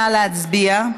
נא להצביע.